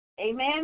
Amen